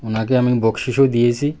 উনাকে আমি বকশিশও দিয়েছি